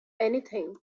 anything